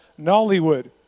Nollywood